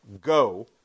go